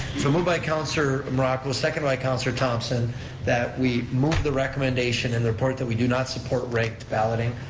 so moved by councilor morocco, seconded by councilor thompson that we move the recommendation in the report that we do not support ranked balloting,